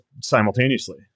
simultaneously